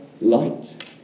light